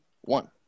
one